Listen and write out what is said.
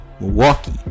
Milwaukee